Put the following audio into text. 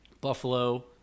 Buffalo